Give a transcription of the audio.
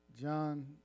John